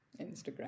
Instagram